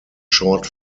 short